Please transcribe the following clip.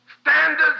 standards